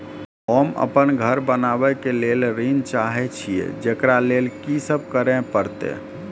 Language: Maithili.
होम अपन घर बनाबै के लेल ऋण चाहे छिये, जेकरा लेल कि सब करें परतै?